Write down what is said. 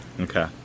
okay